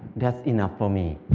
that's enough for me.